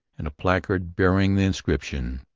and a placard bearing the inscription,